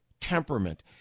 temperament